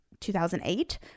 2008